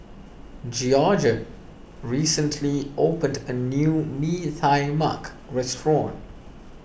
Georgette recently opened a new Mee Tai Mak restaurant